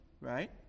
right